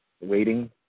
waiting